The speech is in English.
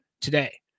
today